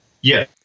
Yes